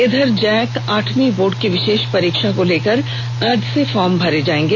इधर जैक आठंवी बोर्ड की विषेष परीक्षा को लेकर आज से फॉर्म भरा जाएगा